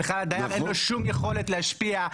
בכלל הדייר אין לו שום יכולת להשפיע,